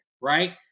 right